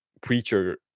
preacher